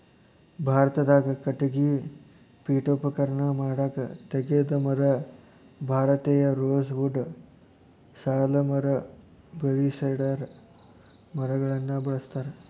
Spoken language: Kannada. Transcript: ಭಾರತದಾಗ ಕಟಗಿ ಪೇಠೋಪಕರಣ ಮಾಡಾಕ ತೇಗದ ಮರ, ಭಾರತೇಯ ರೋಸ್ ವುಡ್ ಸಾಲ್ ಮರ ಬೇಳಿ ಸೇಡರ್ ಮರಗಳನ್ನ ಬಳಸ್ತಾರ